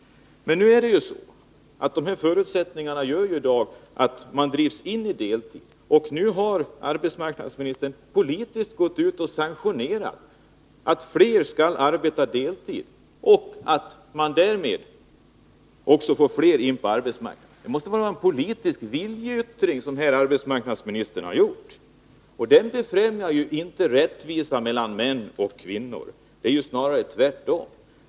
Men de förutsättningar som finns i dag gör att människor drivs in i deltid. Nu har arbetsmarknadsministern politiskt sanktionerat att fler skall arbeta deltid och sagt att man därmed får in flera på arbetsmarknaden. Det måste vara en politisk viljeyttring av arbetsmarknadsministern, och den befrämjar inte rättvisan mellan män och kvinnor — snarare tvärtom.